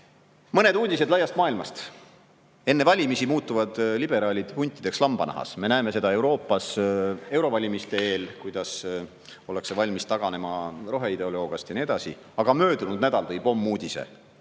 uudised laiast maailmast. Enne valimisi muutuvad liberaalid huntideks lambanahas. Me näeme seda Euroopas eurovalimiste eel, kuidas ollakse valmis taganema roheideoloogiast ja nii edasi, aga möödunud nädal tõi pommuudise: